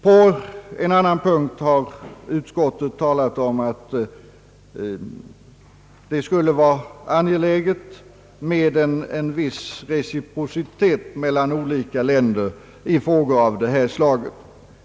I ett annat avsnitt har utskottet uttalat att det skulle vara angeläget med en viss reciprocitet mellan olika länder i frågor av detta slag.